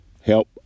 Help